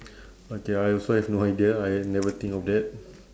okay I also have no idea I never think of that